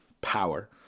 power